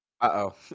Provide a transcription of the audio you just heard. Uh-oh